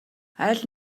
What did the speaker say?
аль